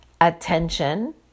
attention